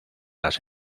las